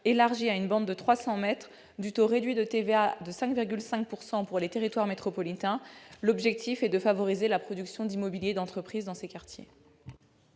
élargis à une bande de 300 mètres, du taux réduit de TVA de 5,5 % pour les territoires métropolitains. L'objectif est de favoriser la production d'immobilier d'entreprise dans ces quartiers.